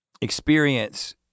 experience